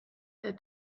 der